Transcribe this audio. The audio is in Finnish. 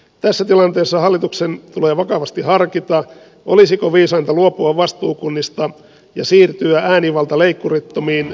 tässä tilanteessa hallituksen tulee vakavasti harkita olisiko viisainta luopua vastuukunnista ja siirtyä äänivaltaleikkurittomiin vastuukuntayhtymiin